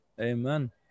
Amen